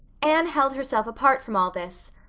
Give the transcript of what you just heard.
anne held herself apart from all this,